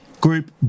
group